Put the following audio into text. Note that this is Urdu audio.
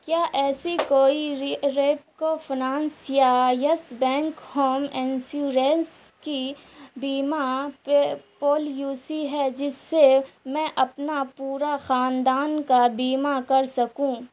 کیا ایسی کوئی ریپکو فنانس یا یس بینک ہوم انشورینس کی بیما پالیوسی ہے جس سے میں اپنا پورا خاندان کا بیما کر سکوں